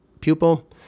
pupil